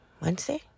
Wednesday